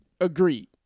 agreed